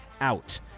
out